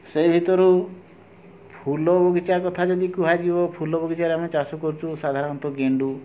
ସେହି ଭିତରୁ ଫୁଲ ବଗିଚା କଥା ଯଦି କୁହାଯିବ ଫୁଲ ବଗିଚାରେ ଆମେ ଚାଷ କରୁଛୁ ସାଧାରଣତଃ ଗେଣ୍ଡୁ